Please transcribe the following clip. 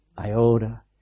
iota